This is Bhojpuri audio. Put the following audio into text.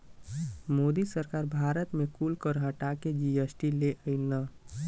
मोदी सरकार भारत मे कुल कर हटा के जी.एस.टी ले अइलन